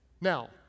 Now